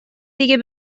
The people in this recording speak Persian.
دیگر